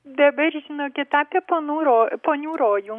dabar žinokit apie panų ro ponių rojų